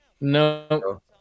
No